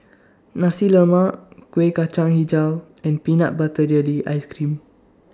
Nasi Lemak Kueh Kacang Hijau and Peanut Butter Jelly Ice Cream